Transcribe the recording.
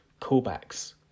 callbacks